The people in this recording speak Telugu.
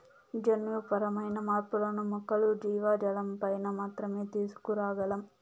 జన్యుపరమైన మార్పులను మొక్కలు, జీవజాలంపైన మాత్రమే తీసుకురాగలం